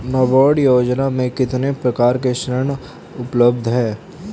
नाबार्ड योजना में कितने प्रकार के ऋण उपलब्ध हैं?